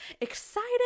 excited